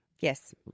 Yes